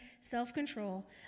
self-control